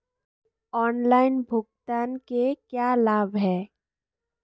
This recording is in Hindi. ऑनलाइन भुगतान के क्या लाभ हैं?